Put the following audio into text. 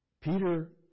Peter